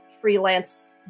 freelance